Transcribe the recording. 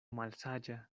malsaĝa